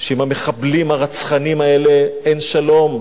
שעם המחבלים הרצחניים האלה אין שלום: